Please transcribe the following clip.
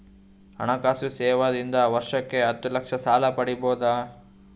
ಹಣಕಾಸು ಸೇವಾ ದಿಂದ ವರ್ಷಕ್ಕ ಹತ್ತ ಲಕ್ಷ ಸಾಲ ಪಡಿಬೋದ?